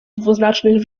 dwuznacznych